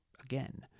Again